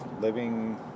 living